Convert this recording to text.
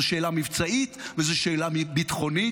זו שאלה מבצעית וזו שאלה ביטחונית.